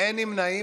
אין נמנעים.